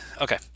Okay